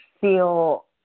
feel